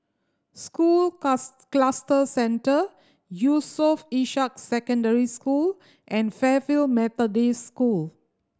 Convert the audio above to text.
School Cluster Centre Yusof Ishak Secondary School and Fairfield Methodist School